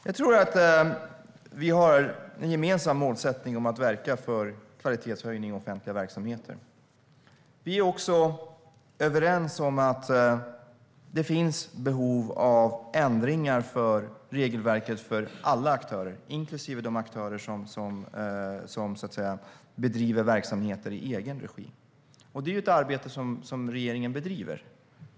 Herr talman! Jag tror att vi har en gemensam målsättning om att verka för kvalitetshöjning i offentliga verksamheter. Vi är också överens om att det finns behov av ändringar i regelverket för alla aktörer, inklusive dem som bedriver verksamheter i egen regi. Det är ett arbete som regeringen bedriver.